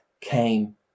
came